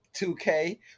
2k